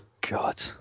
God